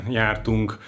jártunk